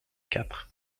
quatre